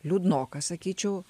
liūdnoka sakyčiau